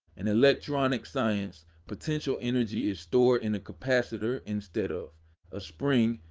in electronic science, potential energy is stored in a capacitor instead of a spring.